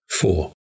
Four